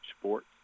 sports